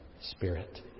spirit